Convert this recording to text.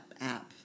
app